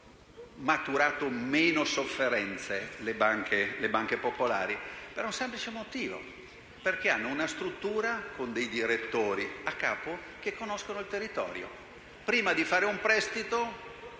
le banche popolari hanno maturato meno sofferenze? Per il semplice motivo che hanno una struttura con a capo dei direttori che conoscono il territorio: